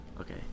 Okay